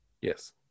Yes